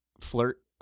flirt